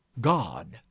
god